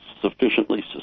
sufficiently